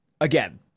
again